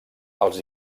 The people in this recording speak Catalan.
els